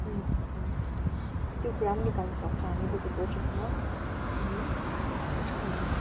अँ अँ अँ त्यो कुरा पनि निकाल्नु सक्छ हामी भोलि प्रजेक्टमा अँ अँ